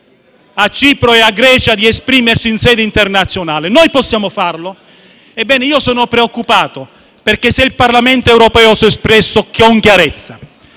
a Cipro e Grecia di esprimersi in sede internazionale. Noi possiamo farlo. Ebbene, sono preoccupato perché il Parlamento europeo si è espresso con chiarezza,